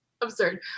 Absurd